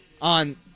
on